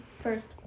first